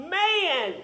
man